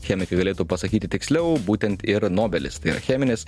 chemikai galėtų pasakyti tiksliau būtent ir nobelis tai yra cheminis